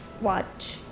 watch